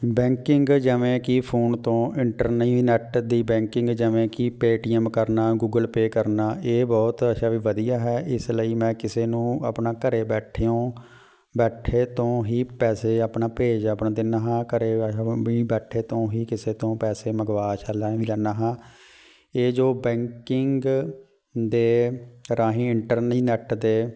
banking ਜਿਵੇਂ ਕਿ phone ਤੋਂ ਇੰਟਰਨਿਓਨੈਟ ਦੀ ਬੈਂਕਿੰਗ ਜਿਵੇਂ ਕਿ ਪੇਟੀਐੱਮ ਕਰਨਾ ਗੂਗਲ ਪੇ ਕਰਨਾ ਇਹ ਬਹੁਤ ਅੱਛਾ ਵੀ ਵਧੀਆ ਹੈ ਇਸ ਲਈ ਮੈਂ ਕਿਸੇ ਨੂੰ ਆਪਣਾ ਘਰੇ ਬੈਠੇ ਓ ਬੈਠੇ ਤੋਂ ਹੀ ਪੈਸੇ ਆਪਣਾ ਭੇਜ ਆਪਣਾ ਦਿੰਦਾ ਹਾਂ ਘਰ ਵਹ ਵੀ ਬੈਠੇ ਤੋਂ ਹੀ ਕਿਸੇ ਤੋਂ ਪੈਸੇ ਮੰਗਵਾ ਅੱਛਾ ਲੈ ਵੀ ਲੈਂਦਾ ਹਾਂ ਇਹ ਜੋ ਬੈਂਕਿੰਗ ਦੇ ਰਾਹੀਂ ਇੰਟਰਨੀਨੈੱਟ ਦੇ